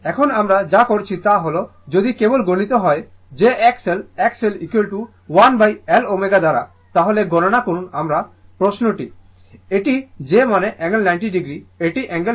এখন আমরা যা করছি তা হল যদি কেবল গুণিত হয় j XL XL 1l ω দ্বারা তাহলে গণনা করুন আমার প্রশ্নটি এটি j মানে অ্যাঙ্গেল 90o এটি অ্যাঙ্গেল 90o